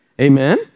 Amen